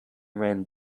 ran